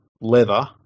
leather